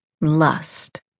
lust